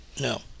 No